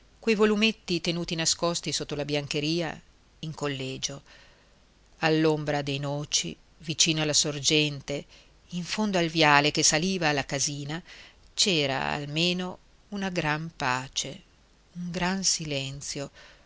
quei volumetti tenuti nascosti sotto la biancheria in collegio all'ombra dei noci vicino alla sorgente in fondo al viale che saliva dalla casina c'era almeno una gran pace un gran silenzio